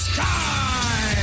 Sky